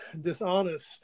dishonest